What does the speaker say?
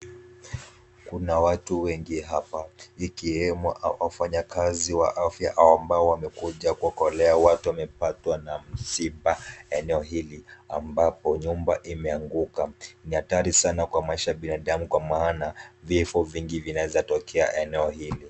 Kuna watu wengi hapa, ikiwemo wafanyakazi wa afya au ambao wamekuja kuokolea watu wamepatwa na msiba eneo hili, ambapo nyumba imeanguka. Ni hatari sana kwa maisha ya binadamu, kwa maana vifo vingi vinaweza tokea eneo hili.